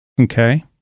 Okay